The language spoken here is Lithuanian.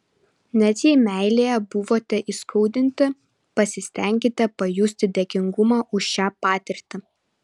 net jei meilėje buvote įskaudinti pasistenkite pajusti dėkingumą už šią patirtį